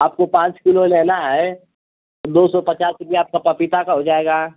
आपको पाँच किलो लेना है दो सौ पचास रुपये आपके पपीता का हो जाएगा